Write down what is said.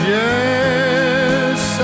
yes